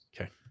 Okay